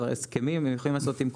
הסכמים הם יכולים לעשות עם כולם,